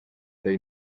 they